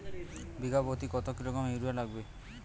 বিঘাপ্রতি কত kilogram urea লাগবে?